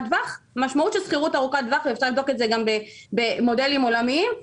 טווח משמעות של שכירות ארוכת טווח ואפשר לבדוק את זה גם במודלים עולמיים,